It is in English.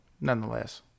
nonetheless